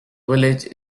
village